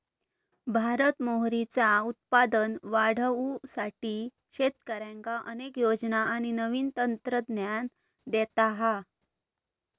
भारत मोहरीचा उत्पादन वाढवुसाठी शेतकऱ्यांका अनेक योजना आणि नवीन तंत्रज्ञान देता हा